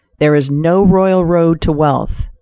there is no royal road to wealth.